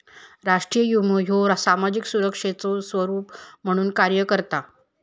राष्ट्रीय विमो ह्यो सामाजिक सुरक्षेचो स्वरूप म्हणून कार्य करता